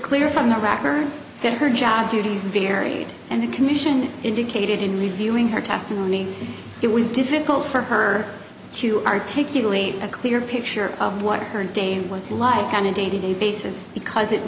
clear from the record that her job duties varied and the commission indicated in reviewing her testimony it was difficult for her to articulate a clear picture of what her day and was like on a day to day basis because it